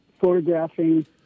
photographing